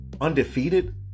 undefeated